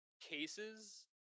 cases